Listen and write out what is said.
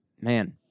Man